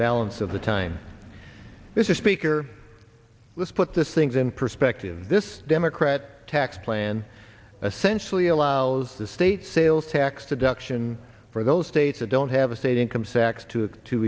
balance of the time there's a speaker let's put this things in perspective this democrat tax plan essentially allows the state sales tax deduction for those states that don't have a state income sacs to to